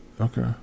Okay